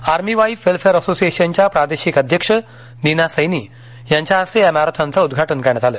army wife welfare असोसिएशनच्या प्रादेशिक अध्यक्ष नीना सैनी यांच्या हस्ते या मॅराथनचं उद्घाटन करण्यात आलं